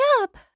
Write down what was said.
up